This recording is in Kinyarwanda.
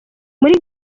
muri